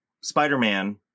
Spider-Man